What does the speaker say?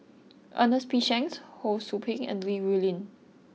Ernest P Shanks Ho Sou Ping and Li Rulin